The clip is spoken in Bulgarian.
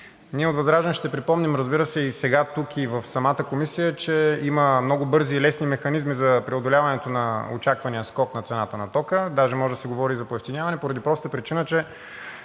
Ние от ВЪЗРАЖДАНЕ ще припомним, разбира се, сега тук и в самата комисия, че има много бързи и лесни механизми за преодоляването на очаквания скок на цената на тока, даже може да се говори и за поевтиняване, поради простата причина, че